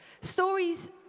stories